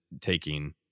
taking